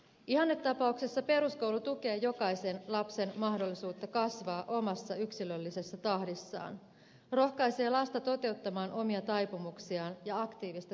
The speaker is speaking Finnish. ihannetapauksessa peruskoulu tukee jokaisen lapsen mahdollisuutta kasvaa omassa yksilöllisessä tahdissaan rohkaisee lasta toteuttamaan omia taipumuksiaan ja aktiivista kansalaisuuttaan